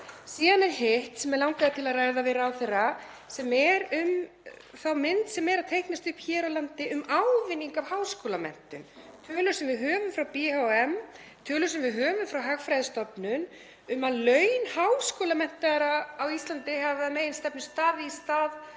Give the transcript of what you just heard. Síðan er hitt sem mig langaði til að ræða við ráðherra, sú mynd sem er að teiknast upp hér á landi um ávinning af háskólamenntun, tölur sem við höfum frá BHM, tölur sem við höfum frá Hagfræðistofnun um að laun háskólamenntaðra á Íslandi (Forseti hringir.) hafi að